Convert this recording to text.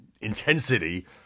intensity